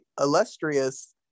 illustrious